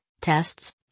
tests